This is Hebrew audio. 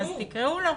תקראו לו.